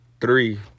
three